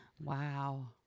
Wow